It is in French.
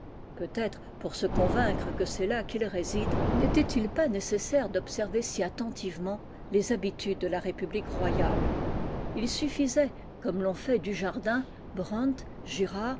peut-être pour se convi cre que c'est là qu'il réside n'était-il pab n ssaire d'observer si attentivement les habitudes de la république royale il suffisait comme l'on fait dujardin brandt girard